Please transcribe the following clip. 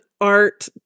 art